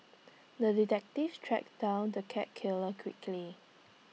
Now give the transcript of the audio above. the detective tracked down the cat killer quickly